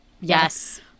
Yes